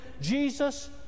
Jesus